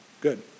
Good